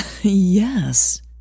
Yes